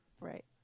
Right